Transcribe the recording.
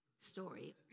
story